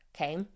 okay